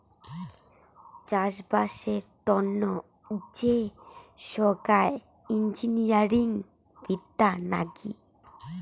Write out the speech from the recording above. চাষবাসের তন্ন যে সোগায় ইঞ্জিনিয়ারিং বিদ্যা নাগি